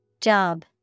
Job